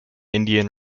indian